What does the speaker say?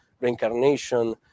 reincarnation